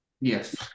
Yes